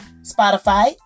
spotify